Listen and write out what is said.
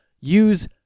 Use